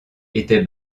était